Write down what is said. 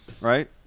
right